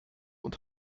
und